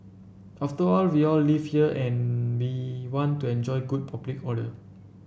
after all we all live here and we want to enjoy good public order